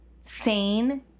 sane